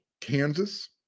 Kansas